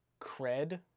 cred